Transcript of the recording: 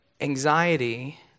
Anxiety